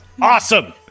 Awesome